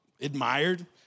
admired